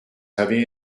heavy